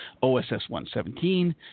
OSS-117